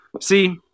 See